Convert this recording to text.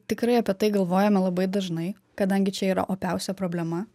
tikrai apie tai galvojame labai dažnai kadangi čia yra opiausia problema